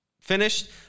finished